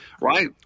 right